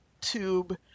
tube